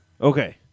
Okay